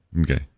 Okay